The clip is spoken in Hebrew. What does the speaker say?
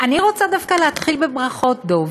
אני רוצה דווקא להתחיל בברכות, דב,